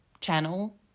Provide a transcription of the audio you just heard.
channel